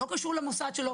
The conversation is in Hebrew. ללא קשר למוסד שלו.